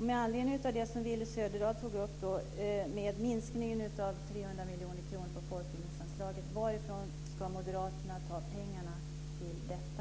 Med anledning av det som Willy Söderdahl tog upp angående minskningen med 300 miljoner kronor på folkbildningsanslaget undrar jag varifrån Moderaterna ska ta pengarna till detta.